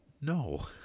no